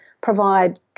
provide